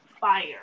fire